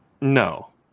no